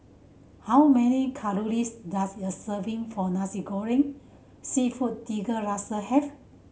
how many calories does a serving for Nasi Goreng Seafood Tiga Rasa have